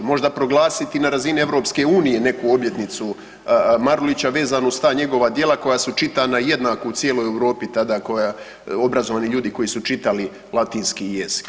Možda proglasiti na razini EU neku obljetnicu Marulića vezano uz ta njegova djela koja su čitana jednako u cijelo Europi tada koja, obrazovani ljudi koji su čitali latinski jezik.